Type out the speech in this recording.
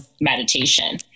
meditation